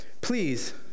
Please